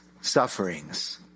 sufferings